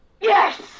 Yes